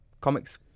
comics